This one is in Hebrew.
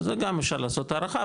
זה גם אפשר לעשות הערכה,